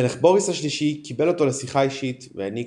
המלך בוריס השלישי קיבל אותו לשיחה אישית והעניק